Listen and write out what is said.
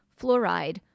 fluoride